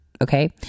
okay